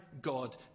God